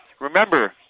remember